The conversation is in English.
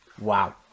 wow